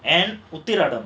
and Uthradam